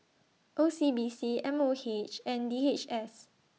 O C B C M O H and D H S